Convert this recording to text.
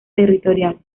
territorial